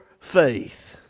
faith